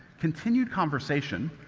continued conversation,